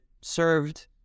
served